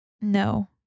no